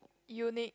you need